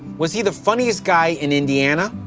was he the funniest guy in indiana?